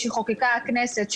שחוקקה הכנסת,